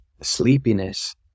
sleepiness